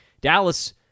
Dallas